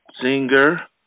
Singer